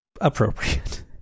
appropriate